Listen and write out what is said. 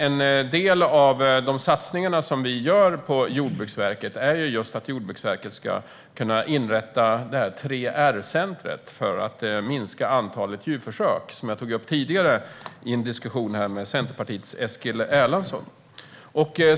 En del av våra satsningar på Jordbruksverket görs för att Jordbruksverket ska kunna inrätta ett 3R-center för att minska antalet djurförsök, vilket jag tog upp tidigare i min diskussion med Centerpartiets Eskil Erlandsson.